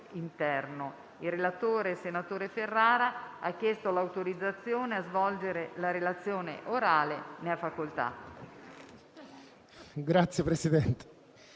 Il relatore, senatore Ferrara, ha chiesto l'autorizzazione a svolgere la relazione orale. Non facendosi